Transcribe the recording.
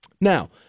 Now